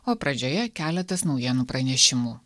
o pradžioje keletas naujienų pranešimų